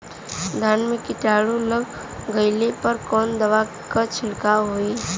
धान में कीटाणु लग गईले पर कवने दवा क छिड़काव होई?